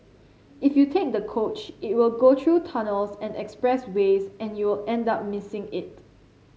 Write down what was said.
if you take the coach it will go through tunnels and expressways and you'll end up missing it